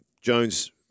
Jones